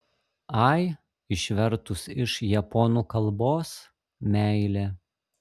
ai išvertus iš japonų kalbos meilė